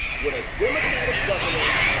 with a democratic governor,